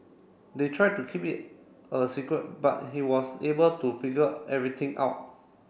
they tried to keep it a secret but he was able to figure everything out